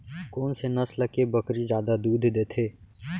कोन से नस्ल के बकरी जादा दूध देथे